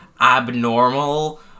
abnormal